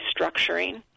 restructuring